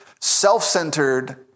self-centered